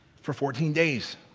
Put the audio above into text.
for fourteen days.